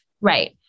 Right